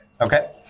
Okay